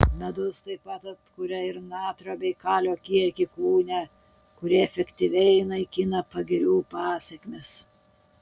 medus taip pat atkuria ir natrio bei kalio kiekį kūne kurie efektyviai naikina pagirių pasekmes